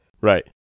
right